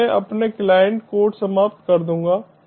अब मैं अपना क्लाइंट कोड समाप्त कर दूंगा